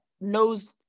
knows